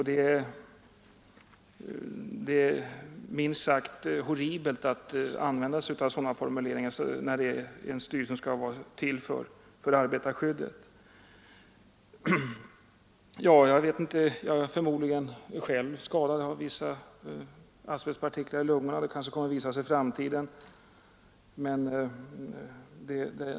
Det är minst sagt horribelt att ett organ för arbetarskyddet använder sådana formuleringar. Förmodligen har jag själv asbestpartiklar i lungorna, och skadornas omfattning kommer kanske att visa sig i framtiden.